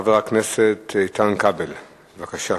חבר הכנסת איתן כבל, בבקשה.